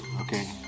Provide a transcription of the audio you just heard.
okay